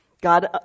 God